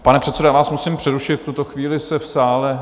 Pane předsedo, já vás musím přerušit, v tuto chvíli se v sále...